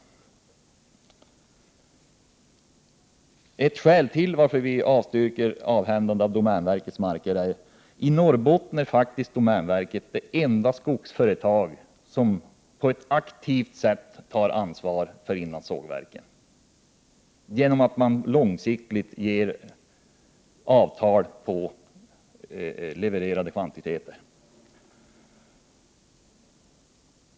Ytterligare ett skäl till att vi avstyrker förslaget om ett avhändande av domänverkets mark är att domänverket i Norrbotten faktiskt är det enda skogsföretag som på ett aktivt sätt tar ansvar för sågverken genom att långsiktigt träffa avtal om levererade kvantiteter.